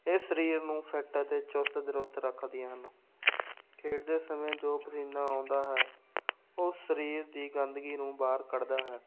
ਇਹ ਸਰੀਰ ਨੂੰ ਫਿੱਟ ਅਤੇ ਚੁਸਤ ਦਰੁਸਤ ਰੱਖਦੀਆਂ ਹਨ ਖੇਡਦੇ ਸਮੇਂ ਜੋ ਪਸੀਨਾ ਆਉਂਦਾ ਹੈ ਉਹ ਸਰੀਰ ਦੀ ਗੰਦਗੀ ਨੂੰ ਬਾਹਰ ਕੱਢਦਾ ਹੈ